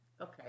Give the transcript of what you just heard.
Okay